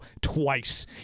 twice